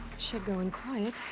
should go in quiet.